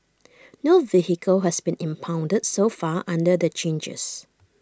no vehicle has been impounded so far under the changes